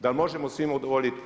Dal možemo svima udovoljiti?